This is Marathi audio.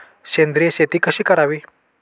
सेंद्रिय शेती कशी करावी?